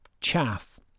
chaff